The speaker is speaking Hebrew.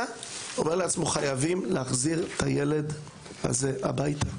ואומר לעצמו חייבים להחזיר את הילד הזה הביתה.